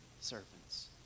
servants